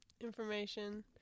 information